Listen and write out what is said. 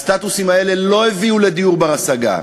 הסטטוסים האלה לא הביאו לדיור בר-השגה.